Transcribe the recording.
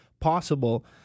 possible